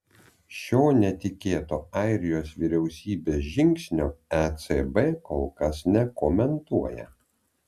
šio netikėto airijos vyriausybės žingsnio ecb kol kas nekomentuoja